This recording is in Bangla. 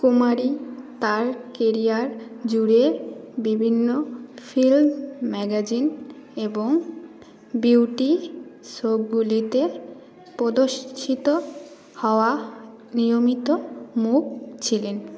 কুমারী তার কেরিয়ার জুড়ে বিভিন্ন ফিল্ম ম্যাগাজিন এবং বিউটি সোপগুলিতে প্রদর্শিত হওয়া নিয়মিত মুখ ছিলেন